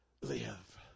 Live